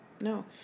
No